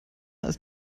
ist